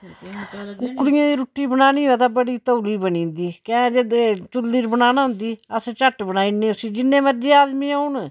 कुकड़ियें दी रुट्टी बनानी होऐ ते बड़ी तौली बनी जंदी केह् जे चुल्ली पर बनाना होंदी असें झट बनाई उड़ने उसी जिन्ने मरजी आदमी औन